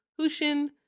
Hushin